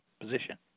position